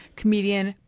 comedian